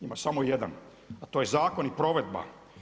Ima samo jedan, a to je zakon i provedba.